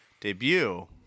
Debut